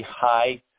high